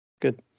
good